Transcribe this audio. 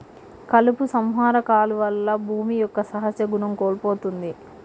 కలుపు సంహార కాలువల్ల భూమి యొక్క సహజ గుణం కోల్పోతుంది